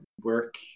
work